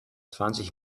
zwanzig